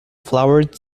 flowered